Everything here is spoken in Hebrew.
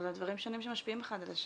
אבל אלה דברים שמשפיעים אחד על השני.